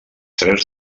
tres